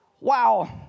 Wow